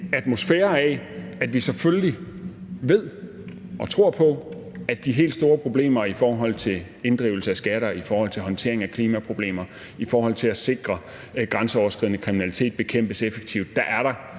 atmosfære af, at vi selvfølgelig ved og tror på, at der i forhold til de helt store problemer med inddrivelse af skatter, håndtering af klimaproblemer og i forhold til at sikre, at grænseoverskridende kriminalitet bekæmpes effektivt, ikke er